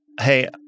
Hey